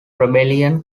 rebellion